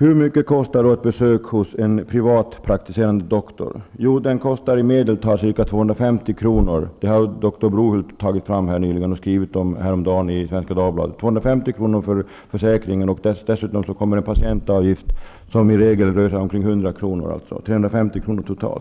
Hur mycket kostar ett besök hos en privatpraktiserande doktor? Jo, det kostar i medeltal 250 kr. Denna siffra har doktor Brohult nyligen tagit fram och skrivit om bl.a. i Svenska Dagbladet. Därtill kommer patientavgift, som i regel rör sig om 100 kr. Alltså blir det totalt 350 kr.